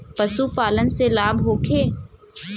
पशु पालन से लाभ होखे?